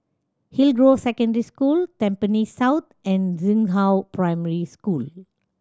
Hillgrove Secondary School Tampines South and Xinghua Primary School